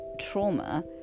trauma